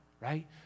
right